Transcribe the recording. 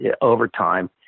overtime